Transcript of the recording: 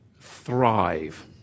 thrive